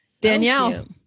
Danielle